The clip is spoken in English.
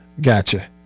Gotcha